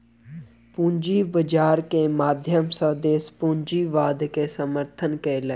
पूंजी बाजार के माध्यम सॅ देस पूंजीवाद के समर्थन केलक